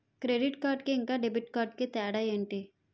Credit card కి ఇంకా debit card కి తేడా ఏంటి?